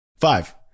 Five